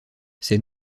ces